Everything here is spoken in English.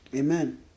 Amen